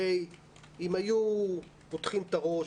הרי אם היו פותחים את הראש,